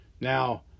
Now